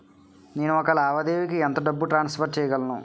నేను ఒక లావాదేవీకి ఎంత డబ్బు ట్రాన్సఫర్ చేయగలను?